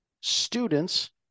students